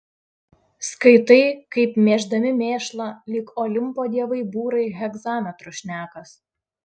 skaitai kaip mėždami mėšlą lyg olimpo dievai būrai hegzametru šnekas